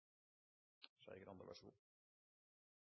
Skei Grande